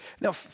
Now